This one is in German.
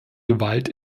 gewalt